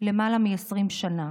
למעלה מ-20 שנה.